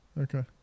Okay